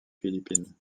philippines